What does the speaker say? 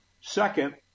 Second